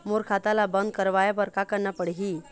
मोर खाता ला बंद करवाए बर का करना पड़ही?